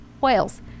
whales